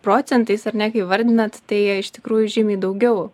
procentais ar ne kai vardinat tai iš tikrųjų žymiai daugiau